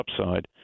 Upside